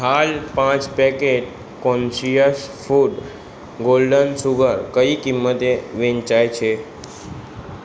હાલ પાંચ packet conscious food golden sugar કઈ કિંમતે વેચાય છે